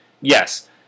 Yes